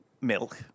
milk